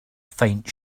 faint